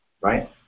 right